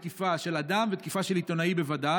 אני מגנה תקיפה של אדם, ותקיפה של עיתונאי בוודאי.